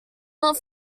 not